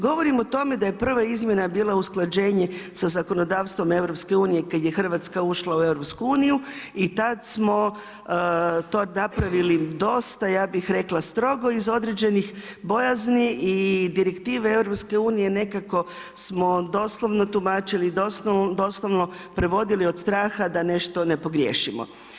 Govorim o tome da je prva izmjena bila usklađenje sa zakonodavstvom EU-a kad je Hrvatska ušla u EU i tad smo to napravili dosta, ja bih rekla strogo iz određenih bojazni i direktive EU-a nekako smo doslovno tumačili, doslovno prevodili od straha da nešto ne pogriješimo.